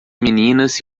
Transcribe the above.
meninas